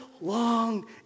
long